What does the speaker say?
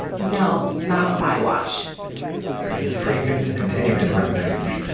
no, not on my watch i didn't free him to continue his rampage.